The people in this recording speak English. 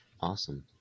Awesome